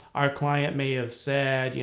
our client may have said, yeah